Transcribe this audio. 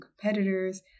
competitors